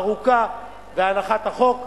ארוכה בהנחת החוק,